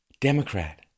Democrat